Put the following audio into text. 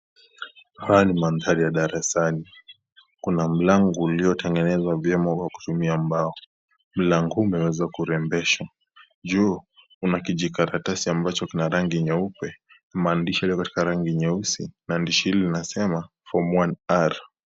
Haya ni mandhari ya darasani. Kuna mlango uliotengenezwa vyema kwa kutumia mbao. Mlango huu umeweza kurembeshwa. Juu kuna kijikaratasi ambacho kina rangi nyeupe, maandishi yaliyo katika rangi nyeusi, maandishi hilo linasema, Form 1R .